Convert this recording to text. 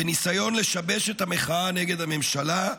בניסיון לשבש את המחאה נגד הממשלה,